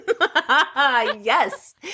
Yes